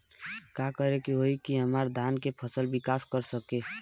का करे होई की हमार धान के फसल विकास कर सके?